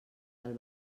del